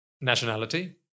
nationality